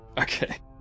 Okay